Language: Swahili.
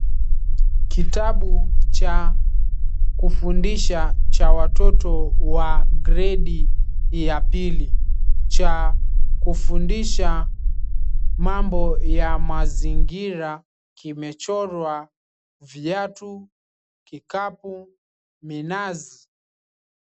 Kitabu cha kufundisha, cha watoto wa gredi ya pili, cha kufundisha mambo ya mazingira kimechorwa viatu, kikapu, minazi.